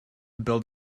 build